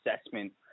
assessment